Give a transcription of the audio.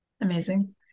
Amazing